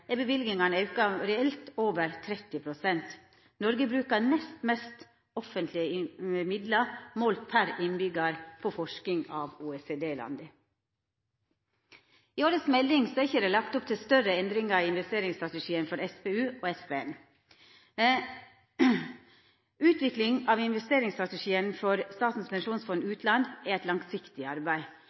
er løyvingane auka reelt med over 30 pst. Noreg brukar nest mest offentlege midlar målt per innbyggjar på forsking av OECD-landa. I årets melding er det ikkje lagt opp til større endringar i investeringsstrategien for SPU og SPN. Utviklinga av investeringsstrategien for Statens pensjonsfond utland er eit langsiktig arbeid.